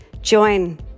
Join